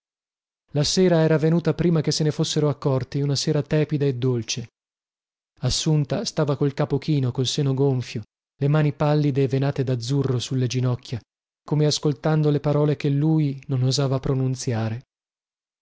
la sera era venuta prima che se ne fossero accorti una sera tepida e dolce assunta stava col capo chino col seno gonfio le mani pallide e venate dazzurro sulle ginocchia come ascoltando le parole che lui non osava pronunziare